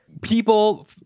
people